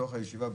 בתוך הישיבה,